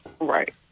Right